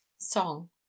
song